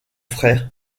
frère